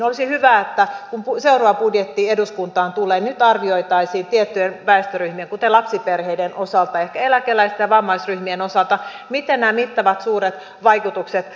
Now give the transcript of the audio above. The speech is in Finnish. olisi hyvä että kun seuraava budjetti eduskuntaan tulee arvioitaisiin tiettyjen väestöryhmien kuten lapsiperheiden ehkä eläkeläisten ja vammaisryhmien osalta miten nämä mittavat suuret vaikutukset kohdentuvat